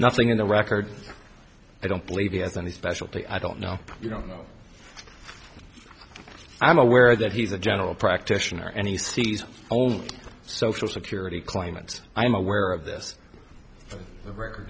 nothing in the record i don't believe he has any specialty i don't know you don't know i'm aware that he's a general practitioner and he sees only social security claimants i'm aware of this record